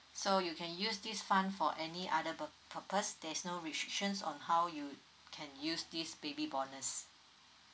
so you can use this fund for any other pur~ purpose there's no restrictions on how you can use this baby bonus